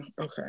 Okay